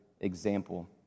example